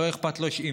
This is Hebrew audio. לא יהיה אכפת לו אם,